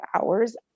hours